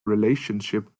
relationship